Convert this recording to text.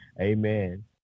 amen